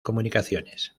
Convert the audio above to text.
comunicaciones